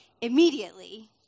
immediately